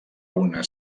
una